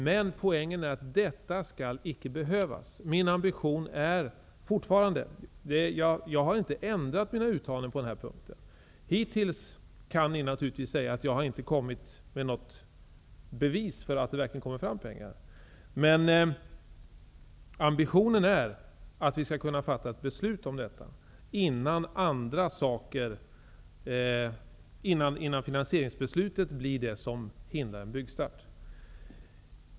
Men detta skall icke behövas. Min ambition är fortfarande densamma -- jag har inte ändrat mina uttalanden på den här punkten. Upp till nu kan ni säga att jag inte har kommit med något bevis för att det verkligen kommer fram pengar. Men min ambition är att vi skall kunna fatta ett beslut innan finansieringsbeslutet blir det som hindrar en byggstart.